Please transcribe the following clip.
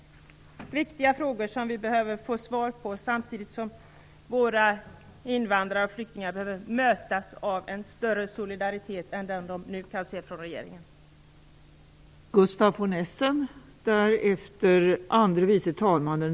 Det är viktiga frågor som vi behöver få svar på, samtidigt som våra invandrare och flyktingar behöver mötas av en större solidaritet än den de nu kan se från regeringen.